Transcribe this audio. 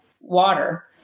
water